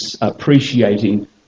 appreciating